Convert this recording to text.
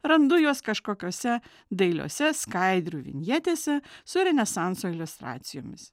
randu juos kažkokiose dailiose skaidrių vinjetėse su renesanso iliustracijomis